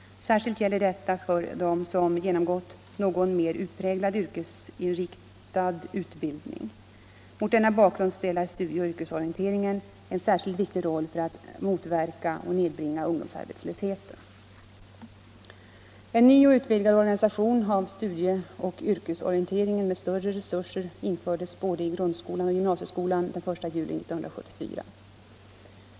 Särskilt gäller detta för dem som genomgått någon mer utpräglat yrkesinriktad utbildning. Mot denna bakgrund spelar studieoch yrkesorienteringen en särskilt viktig roll för att motverka och nedbringa ungdomsarbetslösheten. En ny och utvidgad organisation av studieoch yrkesorienteringen med större resurser infördes både i grundskolan och i gymnasieskolan den I juli 1974.